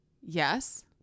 Yes